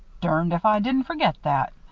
durned if i didn't forget that.